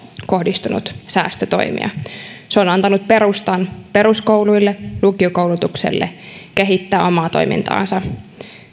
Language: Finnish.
kohdistunut säästötoimia se on antanut perustan peruskouluille ja lukiokoulutukselle kehittää omaa toimintaansa